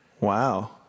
Wow